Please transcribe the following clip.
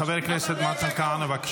חבר הכנסת מתן כהנא, בבקשה.